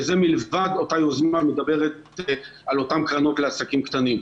וזה מלבד אותה יוזמה המדברת על אותן קרנות לעסקים קטנים.